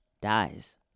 Dies